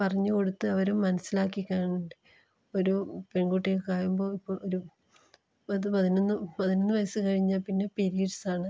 പറഞ്ഞ് കൊടുത്ത് അവരെ മനസ്സിലാക്കിക്കാൻ ഒരു പെൺകുട്ടികൾക്കാകുമ്പോ ൾ ഇപ്പോൾ ഒരു പത്ത് പതിനൊന്ന് പതിനൊന്ന് വയസ്സ് കഴിഞ്ഞാൽ പിന്നെ പിരിയഡ്സാണ്